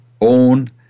own